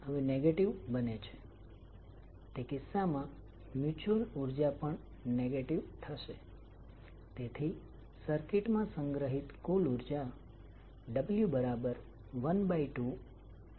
જો તમે જોશો કે આ કોઇલમાં પેદા થયેલ ચુંબકીય ફ્લક્સ 11 છે જે ફક્ત કોઇલ 1 સાથે જોડાય છે અને બીજા કોમ્પોનન્ટ 12 છે જે બીજી કોઇલ સાથે પણ જોડાય છે